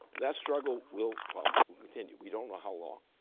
that struggle will um continue, we don't know how long.